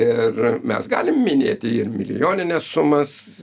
ir mes galim minėti ir milijonines sumas